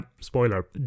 spoiler